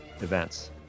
events